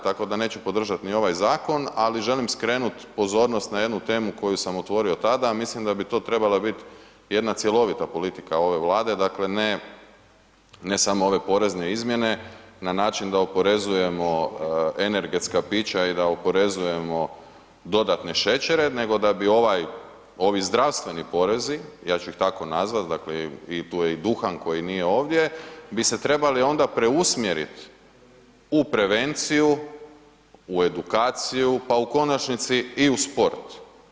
Tako da neću podržati ni ovaj zakon, ali želim skrenut pozornost na jednu temu koju sam otvorio tada, a mislim da bi to trebala biti jedna cjelovita politika ove Vlade, dakle ne, ne samo ove porezne izmjene na način da oporezujemo energetska pića i da oporezujemo dodatne šećere nego da bi ovaj, ovi zdravstveni porezi, ja ću ih tako nazvati, dakle i tu je i duhan koji nije ovdje bi se trebali onda preusmjeriti u prevenciju, u edukaciju, pa u konačnici i u sport.